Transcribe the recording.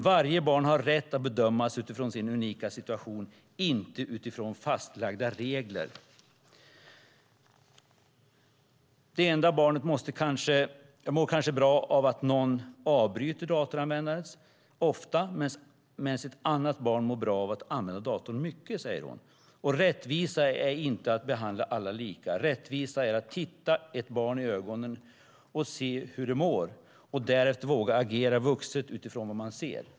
Varje barn har rätt att bedömas utifrån sin unika situation och inte utifrån fastlagda regler. Det ena barnet mår kanske bra av att någon avbryter datoranvändandet ofta medan ett annat barn mår bra av att använda datorn mycket. Rättvisa är inte att behandla alla lika, rättvisa är att titta ett barn i ögonen och se hur det mår. Och därefter våga agera vuxet utifrån vad man ser."